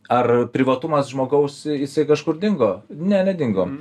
ar privatumas žmogaus jisai kažkur dingo ne nedingo